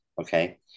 Okay